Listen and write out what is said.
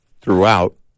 throughout